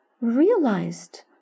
realized